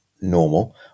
normal